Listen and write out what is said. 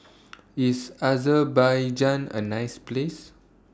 IS Azerbaijan A nice Place